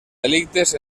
delictes